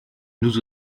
nous